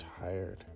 tired